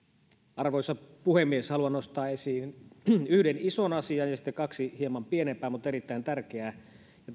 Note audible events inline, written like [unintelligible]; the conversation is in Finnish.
arvoisa puhemies haluan nostaa esiin yhden ison asian ja sitten kaksi hieman pienempää mutta erittäin tärkeää ja [unintelligible]